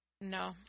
No